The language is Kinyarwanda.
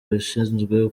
bashinzwe